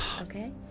Okay